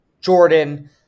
jordan